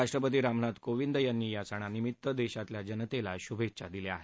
राष्ट्रपती रामनाथ कोविंद यांनी सणानिमित्त देशातल्या जनतेला शुभेच्छा दिल्या आहेत